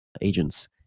agents